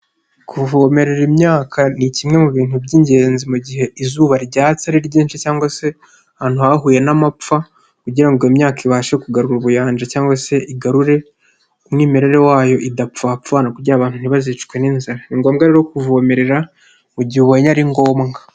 Kuvomerera imyaka ni kimwe mu bintu by'ingenzi mu gihe izuba ryatsi ari ryinshi cyangwa se ahantu hahuye n'amapfa kugira ngo imyaka ibashe kugarura ubuyanja cyangwa se igarure umwimerere wayo idapfapfa kugira abantu ntibazicwe n'inzara. Ni ngombwa rero kuvomerera mu gihe ubonye ari ngombwa.